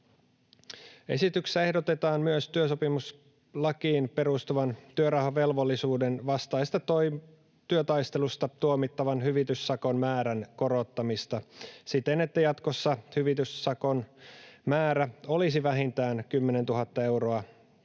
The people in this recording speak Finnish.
Esityksessä ehdotetaan myös työsopimuslakiin perustuvan työrauhavelvollisuuden vastaisesta työtaistelusta tuomittavan hyvityssakon määrän korottamista siten, että jatkossa hyvityssakon määrä olisi vähintään 10 000 euroa